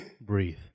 Breathe